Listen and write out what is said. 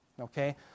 okay